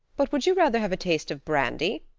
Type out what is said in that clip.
but would you rather have a taste of brandy?